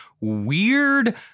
weird